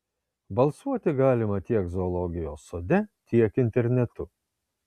balsuoti galima tiek zoologijos sode tiek internetu